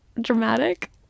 dramatic